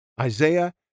Isaiah